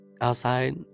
outside